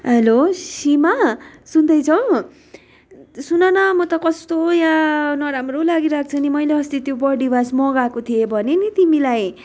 hello Seema सुन्दैछौँ सुन न म त कस्तो यहाँ नराम्रो लागिरहेको छ नि मैले अस्ति त्यो बडी वास मगाएको थिएँ भनेँ नि तिमीलाई